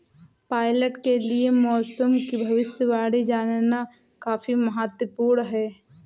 pilot के लिए मौसम की भविष्यवाणी जानना काफी महत्त्वपूर्ण है